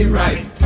right